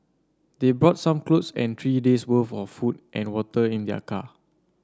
they brought some clothes and three days' worth of food and water in their car